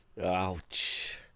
Ouch